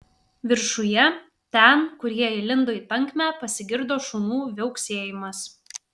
viršuje ten kur jie įlindo į tankmę pasigirdo šunų viauksėjimas